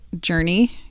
journey